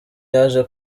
yaje